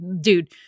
dude